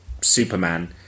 Superman